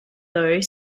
though